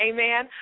Amen